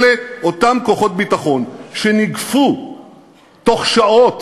אלה אותם כוחות הביטחון של הרשות הפלסטינית שניגפו בתוך שעות,